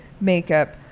Makeup